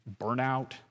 burnout